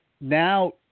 now